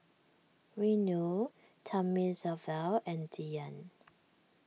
Renu Thamizhavel and Dhyan